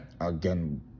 again